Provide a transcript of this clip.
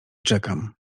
czekam